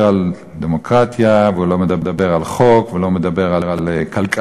על דמוקרטיה והוא לא מדבר על חוק ולא מדבר על כלכלה.